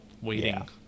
waiting